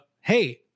Hey